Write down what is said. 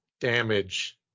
damage